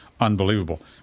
Unbelievable